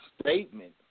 statement